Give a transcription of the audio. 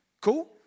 Cool